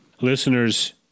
Listeners